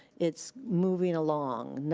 it's moving along,